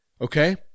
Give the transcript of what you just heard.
Okay